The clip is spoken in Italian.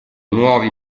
nuovi